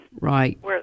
right